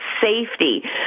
safety